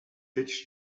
fits